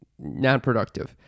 nonproductive